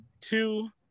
two